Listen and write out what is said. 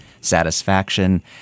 Satisfaction